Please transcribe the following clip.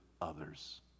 others